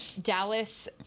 Dallas